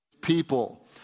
people